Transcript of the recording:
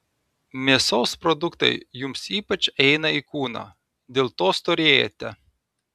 mėsos produktai jums ypač eina į kūną dėl to storėjate